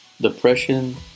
depression